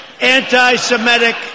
Anti-Semitic